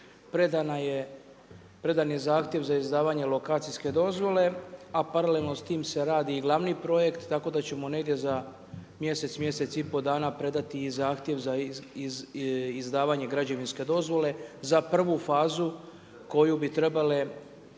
predan je zahtjev za izdavanje lokacijske dozvole, a paralelno s tim se radi i glavni projekt tako da ćemo negdje za mjesec, mjesec i pol dana predati i zahtjev za izdavanje građevinske dozvole za prvu fazu koju bi trebale